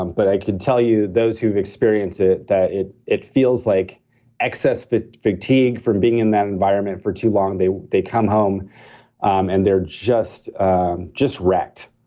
um but i could tell you, those who've experienced it, that it it feels like excess but fatigue from being in that environment for too long, they they come home um and they're just and just wrecked